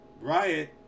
Riot